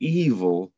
evil